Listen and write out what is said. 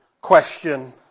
question